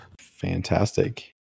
fantastic